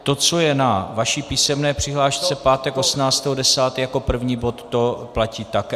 To, co je na vaší písemné přihlášce, pátek 18. 10. jako první bod, to platí také?